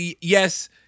yes